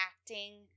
acting